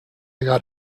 got